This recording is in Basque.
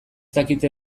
dakite